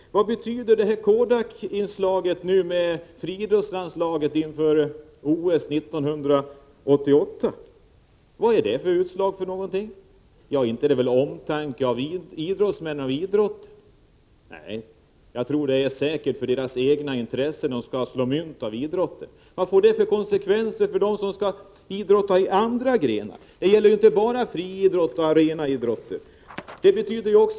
Vad betyder, när det gäller friidrottslandslaget, Kodak-inslaget vid OS 1988? Vad är det utslag av? Inte är det väl omtanke om idrottsmän och om idrotten! Nej, det är säkert ett egetintresse, man vill slå mynt av idrotten. Vad får detta för konsekvenser för dem som skall idrotta i andra grenar? Det gäller inte bara friidrott och annan arenaidrott.